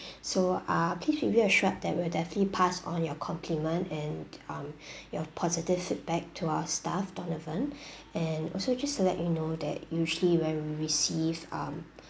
so uh please be reassured that we'll definitely pass on your compliment and um your positive feedback to our staff donovan and also just to let you know that usually when we receive um